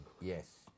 Yes